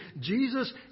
Jesus